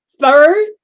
Third